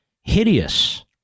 hideous